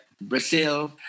Brazil